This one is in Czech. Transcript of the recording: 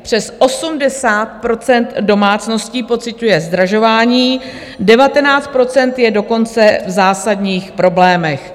Přes 80 % domácností pociťuje zdražování, 19 % je dokonce v zásadních problémech.